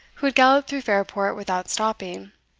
who had galloped through fairport without stopping,